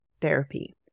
therapy